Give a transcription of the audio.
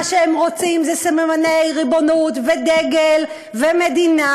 שהם רוצים זה סממני ריבונות ודגל ומדינה,